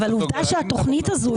עובדה שהתכנית הזו,